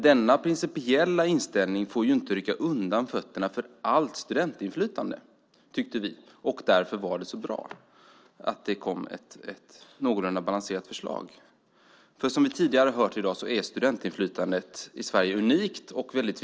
Denna principiella inställning får dock inte rycka undan mattan för allt studentinflytande, tycker vi, och därför var det så bra att det kom ett någorlunda balanserat förslag. Som vi har hört tidigare i dag är studentinflytandet i Sverige unikt och viktigt.